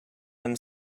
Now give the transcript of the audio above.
him